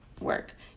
work